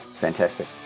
Fantastic